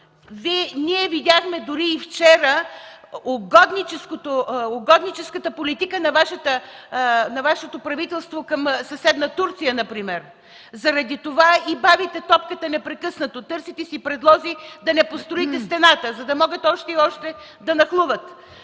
Ние видяхме дори и вчера угодническата политика на Вашето правителство към съседна Турция например. Заради това и бавите топката непрекъснато, търсите си предлози да не построите стената, за да могат още и още да нахлуват.